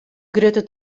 grutte